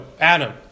Adam